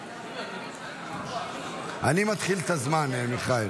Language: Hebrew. האיבה, התשפ"ד 2024 של חבר הכנסת מיכאל